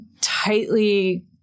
tightly